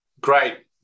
Great